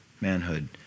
manhood